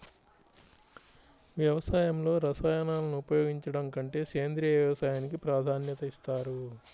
వ్యవసాయంలో రసాయనాలను ఉపయోగించడం కంటే సేంద్రియ వ్యవసాయానికి ప్రాధాన్యత ఇస్తారు